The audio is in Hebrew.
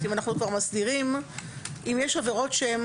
אם יש עבירות שהן